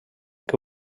que